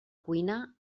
cuina